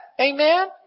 Amen